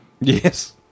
Yes